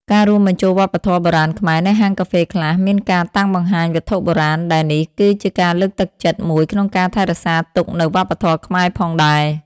ការរួមបញ្ចូលវប្បធម៌បុរាណខ្មែរ នៅហាងកាហ្វេខ្លះមានការតាំងបង្ហាញវត្ថុបុរាណ ដែលនេះគឺជាការលើកទឹកចិត្តមួយក្នុងការថែរក្សាទុកនៅវប្បធម៌ខ្មែរផងដែរ។